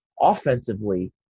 offensively